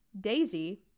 daisy